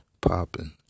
popping